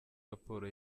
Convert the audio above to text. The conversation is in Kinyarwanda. raporo